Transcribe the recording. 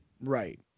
Right